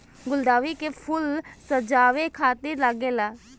गुलदाउदी के फूल सजावे खातिर लागेला